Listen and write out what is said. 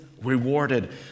rewarded